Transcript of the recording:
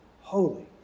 Holy